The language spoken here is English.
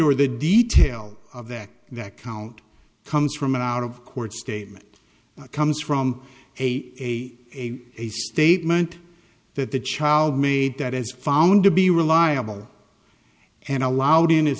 or the detail of that that count comes from an out of court statement comes from a a a a statement that the child made that is found to be reliable and allowed in